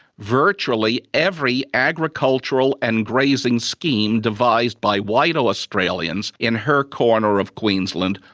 virtually every agricultural and grazing scheme devised by white australians, in her corner of queensland,